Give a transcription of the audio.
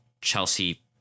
Chelsea